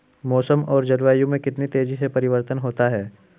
मौसम और जलवायु में कितनी तेजी से परिवर्तन होता है?